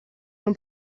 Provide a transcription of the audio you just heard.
non